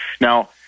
Now